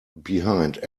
behind